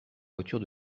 voiture